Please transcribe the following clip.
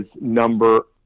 number